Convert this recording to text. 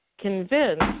convinced